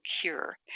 Cure